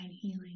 healing